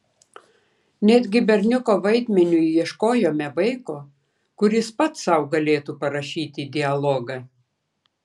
netgi berniuko vaidmeniui ieškojome vaiko kuris pats sau galėtų parašyti dialogą